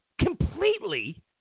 completely